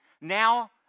now